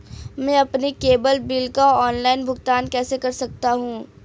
मैं अपने cable bill का ऑनलाइन भुगतान कैसे कर सकता हूं?